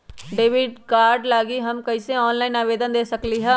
Debit card लागी हम कईसे ऑनलाइन आवेदन दे सकलि ह?